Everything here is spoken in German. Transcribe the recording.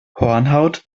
hornhaut